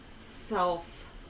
self